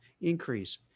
increase